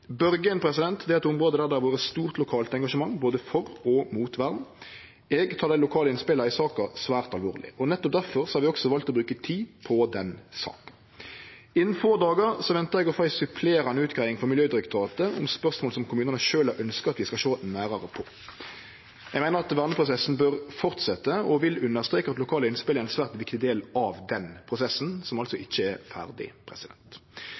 er eit område der det har vore stort lokalt engasjement både for og mot vern. Eg tek dei lokale innspela i saka svært alvorleg, og nettopp difor har vi valt å bruke tid på den saka. Innan få dagar ventar eg å få ei supplerande utgreiing frå Miljødirektoratet om spørsmål som kommunane sjølve har ønskt at vi skal sjå nærare på. Eg meiner at verneprosessen bør fortsetje og vil understreke at lokale innspel er ein svært viktig del av den prosessen, som altså ikkje er ferdig.